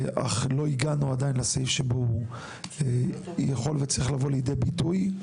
אך לא הגענו עדיין לסעיף שבו הוא יכול וצריך לבוא לידי ביטוי.